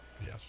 Yes